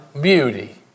beauty